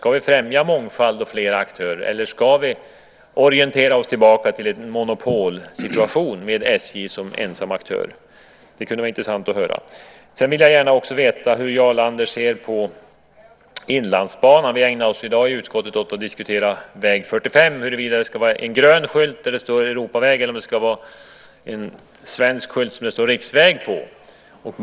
Ska vi främja mångfald och fler aktörer, eller ska vi orientera oss tillbaka till en monopolsituation med SJ som ensam aktör? Det kunde det vara intressant att få höra. Sedan vill jag också gärna veta hur Jarl Lander ser på Inlandsbanan. I dag ägnar vi i utskottet oss åt att diskutera väg 45 - om det ska vara en grön skylt där det står Europaväg eller om det ska vara en svensk skylt där det står Riksväg.